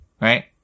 Right